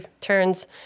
turns